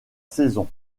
saison